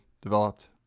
developed